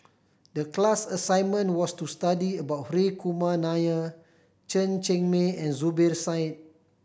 the class assignment was to study about Hri Kumar Nair Chen Cheng Mei and Zubir Said